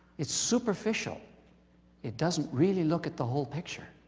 it's superficial it doesn't really look at the whole picture.